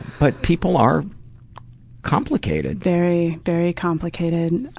but people are complicated. very, very complicated.